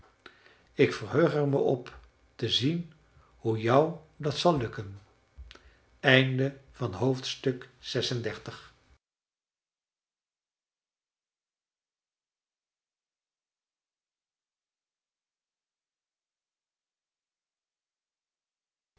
ik verheug er me op te zien hoe jou dat zal gelukken xxxvii